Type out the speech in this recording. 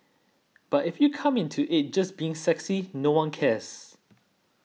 but if you come into it just being sexy no one cares